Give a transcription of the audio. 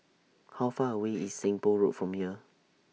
How Far away IS Seng Poh Road from here